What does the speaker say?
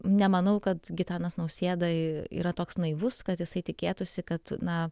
nemanau kad gitanas nausėda yra toks naivus kad jisai tikėtųsi kad na